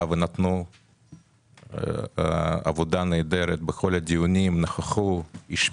ועשו עבודה נהדרת נכחו בכל הדיונים והשפיעו.